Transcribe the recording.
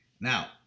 Now